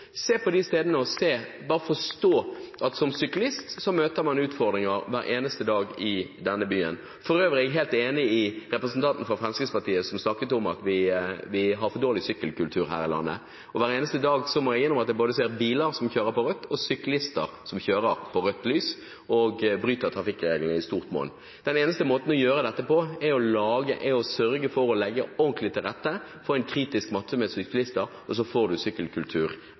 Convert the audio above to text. se på de stedene, og dere vil forstå at som syklist møter man utfordringer hver eneste dag i denne byen. Jeg er for øvrig helt enig med representanten fra Fremskrittspartiet som snakket om at vi har for dårlig sykkelkultur her i landet. Hver eneste dag må jeg innrømme at jeg ser både biler og syklister som kjører på rødt lys, og som bryter trafikkreglene i stort monn. Den eneste måten å gjøre dette på er å sørge for å legge ordentlig til rette for en kritisk masse med syklister, og så får man sykkelkultur